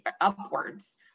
upwards